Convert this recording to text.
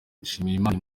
nshimiyimana